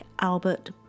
Albert